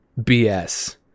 BS